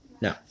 No